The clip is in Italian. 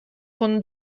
con